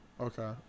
Okay